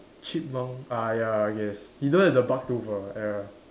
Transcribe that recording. chipmunk ah ya I guess he don't have the buck tooth ah ya